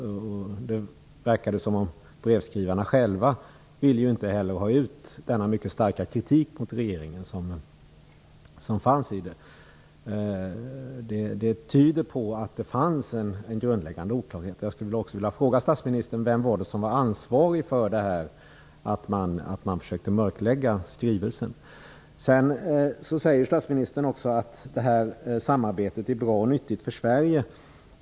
Det verkade som om brevskrivarna själva inte heller ville att den mycket starka kritik mot regeringen som fanns i brevet skulle komma ut. Det tyder på att det fanns en grundläggande oklarhet. Jag skulle vilja fråga statsministern vem som var ansvarig för att man försökte mörklägga skrivelsen. Statsministern säger också att samarbetet är bra och nyttigt för Sverige.